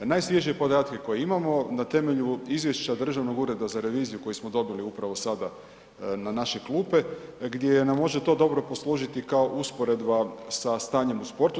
Najsvježije podatke koje imamo na temelju izvješća Državnog ureda za reviziju koji smo dobili upravo sada na naše klupe, gdje nam može to dobro poslužiti kao usporedba sa stanjem u sportu.